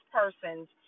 persons